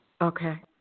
Okay